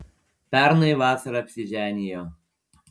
pernai vasarą apsiženijo